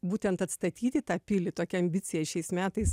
būtent atstatyti tą pilį tokią ambicija šiais metais